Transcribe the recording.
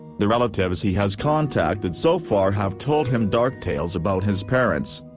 the relatives he has contacted so far have told him dark tales about his parents.